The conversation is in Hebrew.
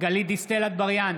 גלית דיסטל אטבריאן,